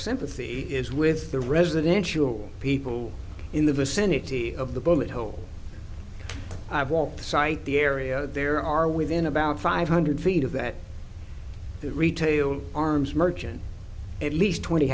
sympathy is with the residential people in the vicinity of the bullet hole i won't cite the area there are within about five hundred feet of that retail arms merchant at least twenty